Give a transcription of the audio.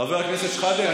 חבר הכנסת שחאדה,